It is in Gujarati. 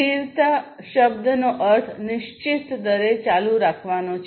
સ્થિરતા શબ્દનો અર્થ નિશ્ચિત દરે ચાલુ રાખવાનો છે